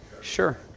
Sure